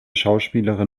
schauspielerin